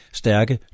stærke